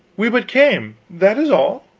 we but came that is all.